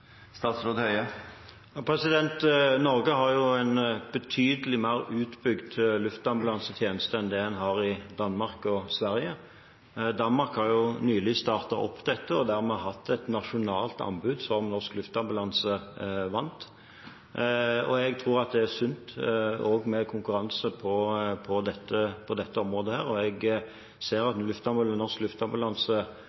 Norge har en betydelig mer utbygd luftambulansetjeneste enn det en har i Danmark og Sverige. Danmark har nylig startet opp dette og dermed hatt et nasjonalt anbud, som Norsk Luftambulanse vant. Jeg tror at det er sunt med konkurranse også på dette området, og jeg ser at Norsk Luftambulanse